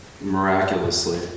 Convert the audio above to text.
miraculously